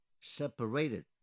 separated